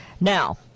Now